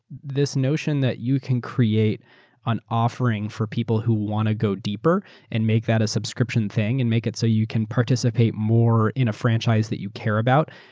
this notion that you can create on offering for people who want to go deeper and make that as subscription thing and make it so you can participate more in a franchise that you care about.